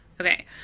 Okay